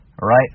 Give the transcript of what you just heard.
right